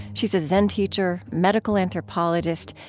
she's a zen teacher, medical anthropologist,